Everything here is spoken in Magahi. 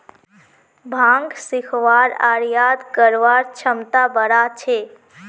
भांग सीखवार आर याद करवार क्षमता बढ़ा छे